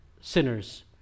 sinners